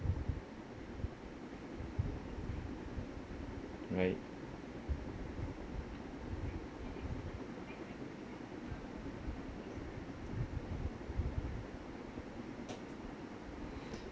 right